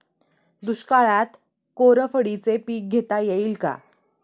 दुष्काळात कोरफडचे पीक घेता येईल का?